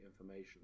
information